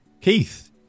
keith